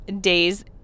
days